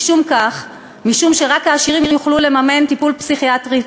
משום שרק העשירים יוכלו לממן טיפול פסיכיאטרי פרטי.